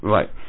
Right